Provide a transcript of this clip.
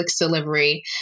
delivery